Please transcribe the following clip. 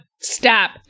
Stop